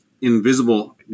invisible